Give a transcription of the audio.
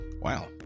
Wow